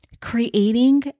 creating